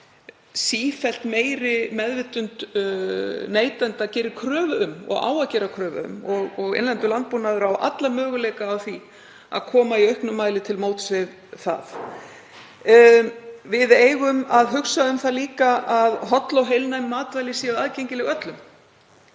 sem sífellt meiri meðvitund neytenda gerir kröfu um og á að gera kröfu um. Innlendur landbúnaður á alla möguleika á því að koma í auknum mæli til móts við það. Við eigum að hugsa um það líka að holl og heilnæm matvæli séu aðgengileg öllum,